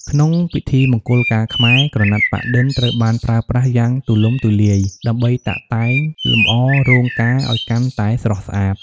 ក្នុងពិធីមង្គលការខ្មែរ ក្រណាត់ប៉ាក់-ឌិន ត្រូវបានប្រើប្រាស់យ៉ាងទូលំទូលាយ ដើម្បីតាក់តែងលម្អរោងការឱ្យកាន់តែស្រស់ស្អាត។